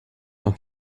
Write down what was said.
tant